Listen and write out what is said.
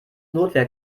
notwehr